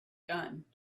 gun